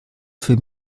für